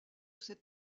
cette